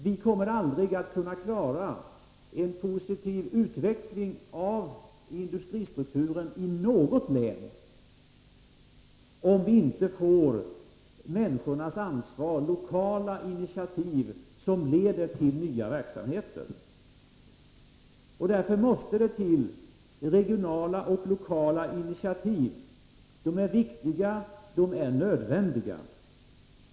Vi kommer aldrig att kunna klara en positiv utveckling av industristrukturen i något län, om inte människornas ansvar och lokala initiativ leder till nya verksamheter. Regionala och lokala initiativ måste till, de är viktiga, de är nödvändiga.